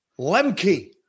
Lemke